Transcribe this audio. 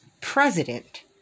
president